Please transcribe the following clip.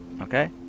Okay